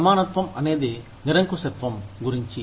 సమానత్వం అనేది నిరంకుశత్వం గురించి